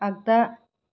आगदा